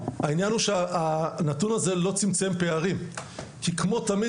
העניין הוא שהנתון הזה לא צמצם פערים כי כמו תמיד